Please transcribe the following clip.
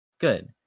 good